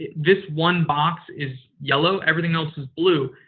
this one box is yellow, everything else is blue.